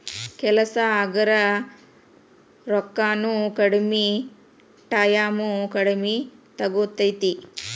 ಕೆಲಸಾ ಹಗರ ರೊಕ್ಕಾನು ಕಡಮಿ ಟಾಯಮು ಕಡಮಿ ತುಗೊತತಿ